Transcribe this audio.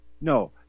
No